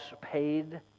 paid